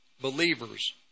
believers